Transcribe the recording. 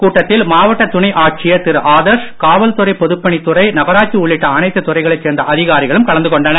கூட்டத்தில் மாவட்ட துணை ஆட்சியர் திரு ஆதர்ஷ் காவல்துறை பொதுப்பணித்துறை நகராட்சி உள்ளிட்ட அனைத்து துறைகளைச் சேர்ந்த அதிகாரிகளும் கலந்து கொண்டனர்